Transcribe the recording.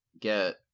get